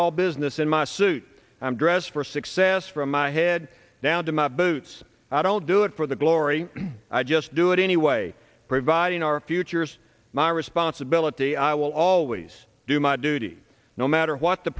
all business in my suit i'm dressed for success from my head down to my boots i don't do it for the glory i just do it anyway providing our future's my responsibility i will always do my duty no matter what the